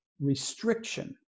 restriction